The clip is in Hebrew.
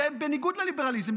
זה בניגוד לליברליזם,